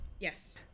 Yes